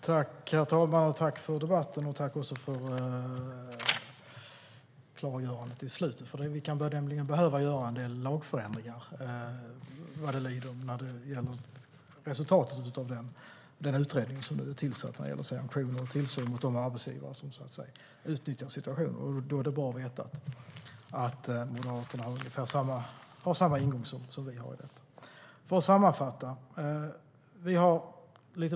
Herr talman! Jag tackar Beatrice Ask för debatten och för klargörandet i slutet. Vi kan nämligen behöva göra en del lagförändringar när vi får resultatet av utredningen om tillsyn och sanktioner mot de arbetsgivare som utnyttjar situationen. Då är det bra att veta att Moderaterna har samma ingång som vi. Låt mig sammanfatta.